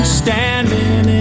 standing